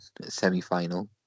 semi-final